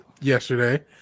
yesterday